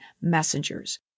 messengers